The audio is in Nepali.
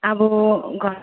अब घर